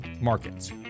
markets